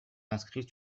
inscrits